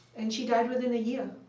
and she died within a year.